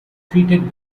treated